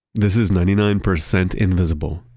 this is ninety nine percent invisible.